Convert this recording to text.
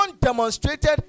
demonstrated